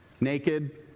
naked